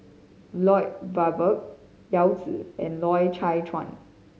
Lloyd Valberg Yao Zi and Loy Chye Chuan